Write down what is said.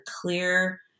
clear